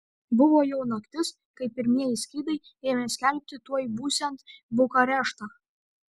buvo jau naktis kai pirmieji skydai ėmė skelbti tuoj būsiant bukareštą